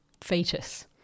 fetus